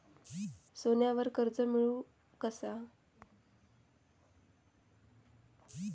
सोन्यावर कर्ज मिळवू कसा?